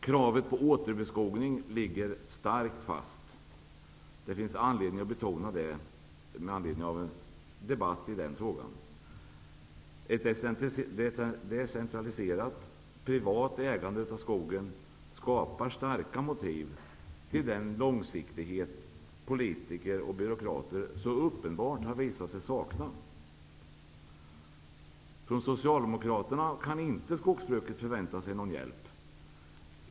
Kravet på återbeskogning ligger starkt fast. Det finns anledning att betona detta på grund av en debatt i den frågan. Ett decentraliserat privat ägande av skogen skapar starka motiv till den långsiktighet som politiker och byråkrater så uppenbart har visat sig sakna. Skogsbruket kan inte förvänta sig någon hjälp från Socialdemokraterna.